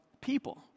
people